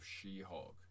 She-Hulk